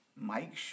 Mike